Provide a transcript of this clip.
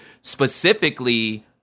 specifically